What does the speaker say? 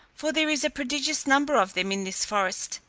for there is a prodigious number of them in this forest,